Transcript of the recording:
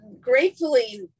gratefully